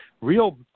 real